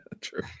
True